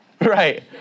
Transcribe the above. Right